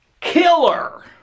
killer